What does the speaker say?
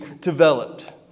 developed